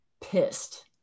pissed